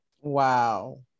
wow